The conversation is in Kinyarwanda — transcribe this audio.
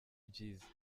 byiza